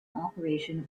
operation